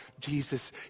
Jesus